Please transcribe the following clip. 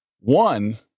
One